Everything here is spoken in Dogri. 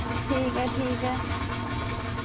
ठीक ऐ ठीक ऐ